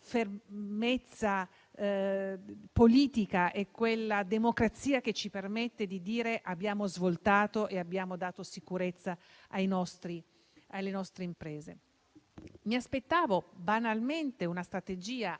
stabilità politica e quella democrazia che ci permette di dire che abbiamo svoltato e abbiamo dato sicurezza alle nostre imprese. Mi aspettavo, banalmente, una strategia